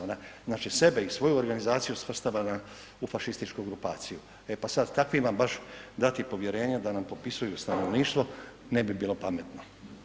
Ona znači sebe i svoju organizaciju svrstava u fašističku grupaciju, e pa sad takvima baš dati povjerenje da nam popisuju stanovništvo, ne bi bilo pametno.